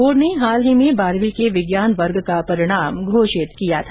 board ने हाल ही में बारहवीं के विज्ञान वर्ग का परिणाम घोषित किया था